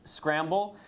scramble,